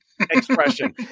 expression